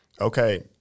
Okay